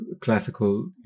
classical